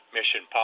Mission